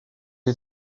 est